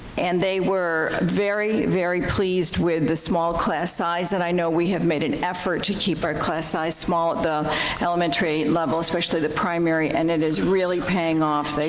and they were very, very pleased with the small class size and i know we have made an effort to keep our class size small at the elementary level, especially the primary, and it is really paying off.